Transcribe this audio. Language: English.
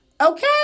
Okay